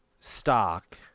stock